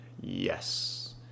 Yes